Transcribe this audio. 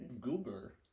Goober